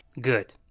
Good